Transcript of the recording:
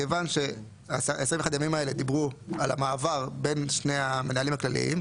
מכיוון שה-21 ימים האלה דיברו על המעבר בין שני המנהלים הכלליים,